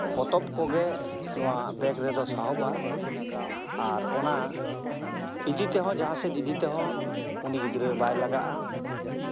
ᱯᱚᱛᱚᱵᱽ ᱠᱚᱜᱮ ᱱᱚᱣᱟ ᱵᱮᱜᱽ ᱨᱮᱫᱚ ᱥᱟᱦᱚᱵᱟ ᱟᱨ ᱚᱱᱟ ᱤᱫᱤ ᱛᱮᱦᱚᱸ ᱡᱟᱦᱟᱸ ᱥᱮᱫ ᱤᱫᱤ ᱛᱮᱦᱚᱸ ᱩᱱᱤ ᱜᱤᱫᱽᱨᱟᱹ ᱵᱟᱭ ᱞᱟᱸᱜᱟᱜᱼᱟ